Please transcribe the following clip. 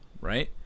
right